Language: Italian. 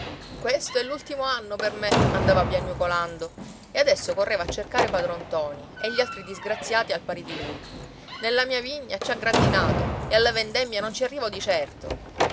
questo è l'ultimo anno per me andava piagnucolando e adesso correva a cercare padron ntoni e gli altri disgraziati al pari di lui nella mia vigna ci ha grandinato e alla vendemmia non ci arrivo di certo